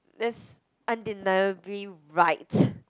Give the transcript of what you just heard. that's undeniably right